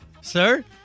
Sir